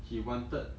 he wanted